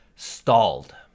stalled